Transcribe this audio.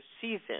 season